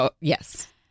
Yes